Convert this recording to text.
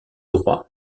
droits